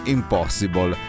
Impossible